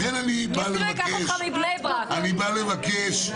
לכן אני בא לבקש את זה.